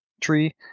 tree